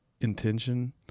intention